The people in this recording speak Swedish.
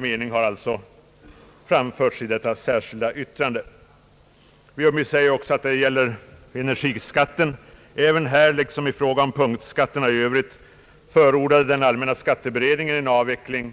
Beträffande energiskatten förordade skatteberedningen ävenså en avveckling.